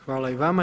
Hvala i vama.